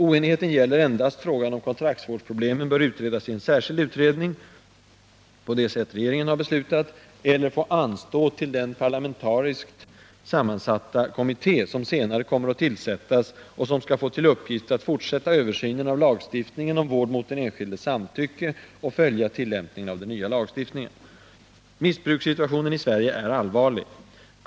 Oenigheten gäller endast frågan om kontraktsvårdsproblemen bör utredas i en särskild utredning, på det sätt regeringen har beslutat, eller få anstå till den parlamentariskt sammansatta kommitté som senare kommer att tillsättas och som skall få till uppgift att fortsätta översynen av lagstiftningen om vård mot den enskildes samtycke och följa tillämpningen av den nya lagstiftningen. Missbrukssituationen i Sverige är allvarlig.